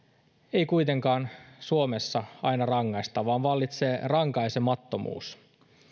ei kuitenkaan suomessa aina rangaista vaan vallitsee rankaisemattomuus